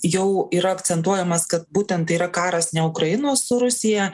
jau yra akcentuojamas kad būtent tai yra karas ne ukrainos su rusija